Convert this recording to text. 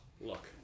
look